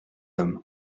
homme